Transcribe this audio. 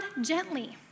gently